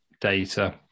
data